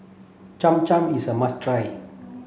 Cham Cham is a must try